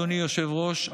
אדוני היושב-ראש,